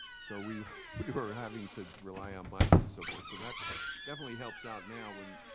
so we we were having to rely on bikes and so forth. so that definitely helps out now when,